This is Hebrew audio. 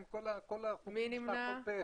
מי נמנע?